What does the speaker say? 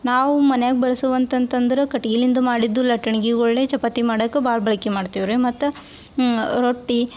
ನಾವು ಮನ್ಯಾಗ ಬಳ್ಸುವಂತಂತಂದ್ರೆ ಕಟ್ಗಿಲಿಂದ ಮಾಡಿದ್ದು ಲಟ್ಟಣ್ಗಿಗಳ್ನೇ ಚಪಾತಿ ಮಾಡಕ್ಕೆ ಭಾಳ ಬಳ್ಕೆ ಮಾಡ್ತೀವಿ ರೀ ಮತ್ತು ರೊಟ್ಟಿ